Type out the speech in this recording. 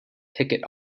ticket